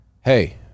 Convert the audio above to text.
hey